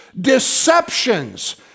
deceptions